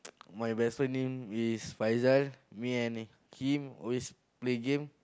my vessel name is Faizal me and Kim always play game